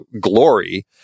glory